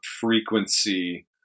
frequency